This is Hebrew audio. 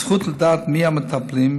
הזכות לדעת מי המטפלים,